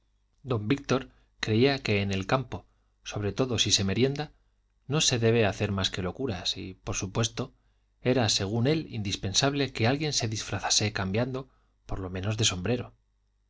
don víctor creía que en el campo sobre todo si se merienda no se debe hacer más que locuras y por supuesto era según él indispensable que alguien se disfrazase cambiando por lo menos de sombrero